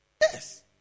Yes